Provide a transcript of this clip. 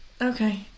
Okay